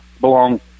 belong